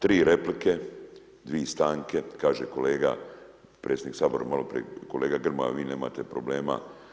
Tri replike, dvije stanke, kaže kolega predsjednik Sabora malo prije, kolega Grmoja, vi nemate problema.